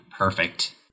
perfect